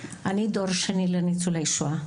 אני דור שני ליצולי שואה.